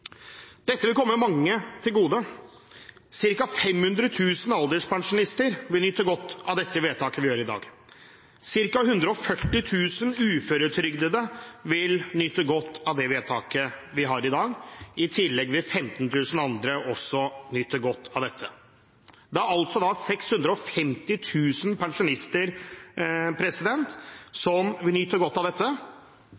Dette vil komme mange til gode. Cirka 500 000 alderspensjonister vil nyte godt av det vedtaket vi gjør i dag. Cirka 140 000 uføretrygdede vil nyte godt av det vedtaket vi gjør i dag. I tillegg vil 15 000 andre også nyte godt av dette. Det er altså 650 000 pensjonister som vil nyte godt av dette,